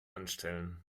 anstellen